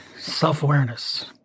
self-awareness